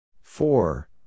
Four